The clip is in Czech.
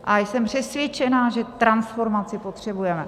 A jsem přesvědčena, že transformaci potřebujeme.